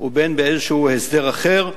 או באיזה הסדר אחר.